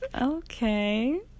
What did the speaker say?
okay